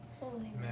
Holy